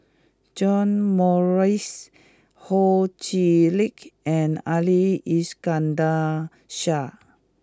John Morrice Ho Chee Lick and Ali Iskandar Shah